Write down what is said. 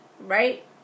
right